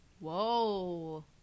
Whoa